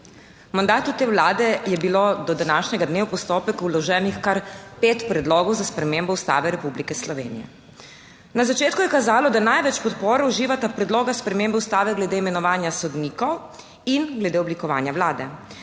mandatu te Vlade je bilo do današnjega dne v postopek vloženih kar pet predlogov za spremembo Ustave Republike Slovenije. Na začetku je kazalo, da največ podpore uživata predloga spremembe Ustave glede imenovanja sodnikov in glede oblikovanja Vlade.